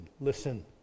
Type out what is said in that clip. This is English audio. Listen